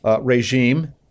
regime